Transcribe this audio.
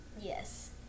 Yes